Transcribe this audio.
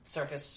Circus